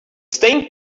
stained